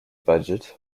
budget